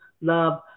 love